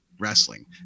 wrestling